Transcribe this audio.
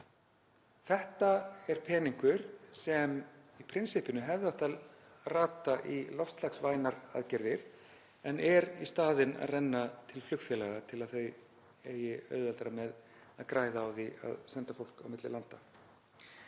Þetta er peningur sem í prinsippinu hefði átt að rata í loftslagsvænar aðgerðir en er í staðinn að renna til flugfélaga til að þau eigi auðveldara með að græða á því að senda fólk á milli landa.